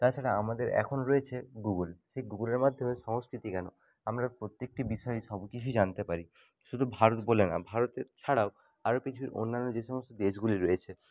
তাছাড়া আমাদের এখন রয়েছে গুগুল সেই গুগুলের মাধ্যমে সংস্কৃতি কেনো আমরা প্রত্যেকটি বিষয়ে সব কিছুই জানতে পারি শুধু ভারত বলে নয় ভারতের ছাড়াও আরো পৃথিবীর অন্যান্য যে সমস্ত দেশগুলি রয়েছে